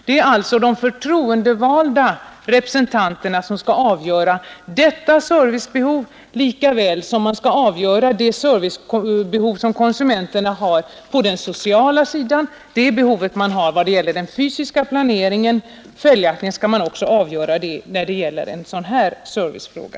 Det är alltså de förtroendevalda representanterna som skall avgöra detta servicebehov lika väl som man skall avgöra det servicebehov som konsumenterna har på den sociala sidan i vad det gäller barnstugor, ålderdomshem och annan kommunal service av olika slag. 37 Man avgör också behoven i dag genom utformningen av den fysiska planeringen. Följaktligen skall man också i kommunerna avgöra behoven i en sådan här servicefråga.